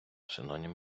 синонім